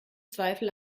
zweifel